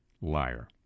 liar